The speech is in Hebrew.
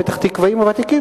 הפתח-תקוואים הוותיקים,